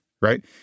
right